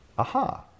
aha